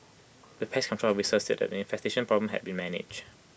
the pest control officer said that the infestation problem have been managed